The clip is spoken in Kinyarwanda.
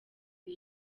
the